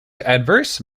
adverse